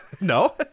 No